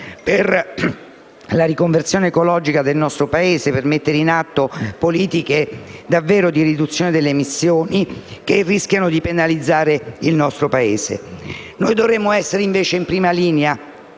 per la riconversione ecologica del nostro Paese mettendo in atto politiche davvero di riduzione delle emissioni, che rischia di penalizzare il nostro Paese. Dovremmo invece essere in prima linea